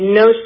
no